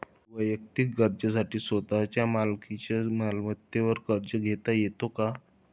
वैयक्तिक गरजांसाठी स्वतःच्या मालकीच्या मालमत्तेवर कर्ज घेता येतो का?